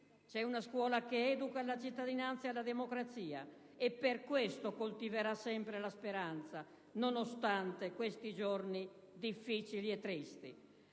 C'è una scuola che educa alla cittadinanza e alla democrazia, e per questo coltiverà sempre la speranza, nonostante questi giorni difficili e tristi.